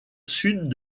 sud